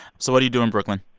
so what do you do in brooklyn?